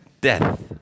death